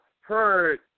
heard